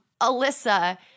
Alyssa